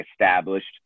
established